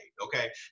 okay